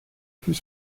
plus